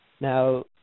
Now